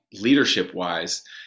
leadership-wise